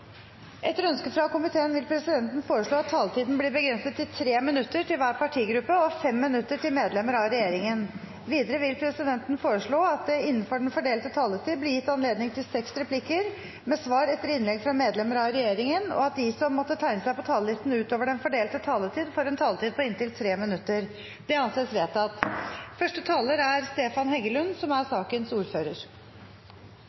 Etter ønske fra energi- og miljøkomiteen vil presidenten foreslå at taletiden blir begrenset til 3 minutter til hver partigruppe og 5 minutter til medlemmer av regjeringen. Videre vil presidenten foreslå at det – innenfor den fordelte taletid – blir gitt anledning til replikkordskifte på inntil seks replikker med svar etter innlegg fra medlemmer av regjeringen, og at de som måtte tegne seg på talerlisten utover den fordelte taletid, får en taletid på inntil 3 minutter. – Det anses vedtatt.